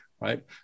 right